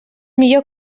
millor